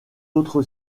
autre